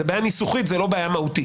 זו בעיה ניסוחית, זו לא בעיה מהותית